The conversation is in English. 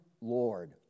Lord